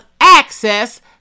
access